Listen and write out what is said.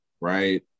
right